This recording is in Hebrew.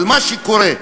מה שקורה.